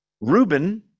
Reuben